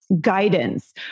guidance